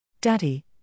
Daddy